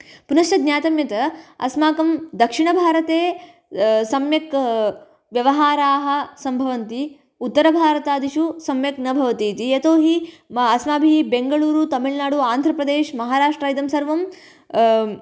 पुनश्च ज्ञातं यत् अस्माकं दक्षिणभारते सम्यक् व्यवहाराः सम्भवन्ति उत्तरभारतादिषु सम्यक् न भवति इति यतोऽहि अस्माभिः बेङ्गलूरु तमिल्नाडु आन्ध्रप्रदेश महाराष्ट्रा इदं सर्वं